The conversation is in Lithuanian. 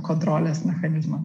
kontrolės mechanizmas